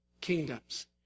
kingdoms